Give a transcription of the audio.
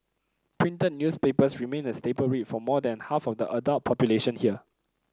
printed newspapers remain a staple read for more than half of the adult population here